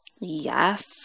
Yes